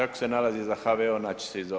Ako se nalazi za HVO naći će se i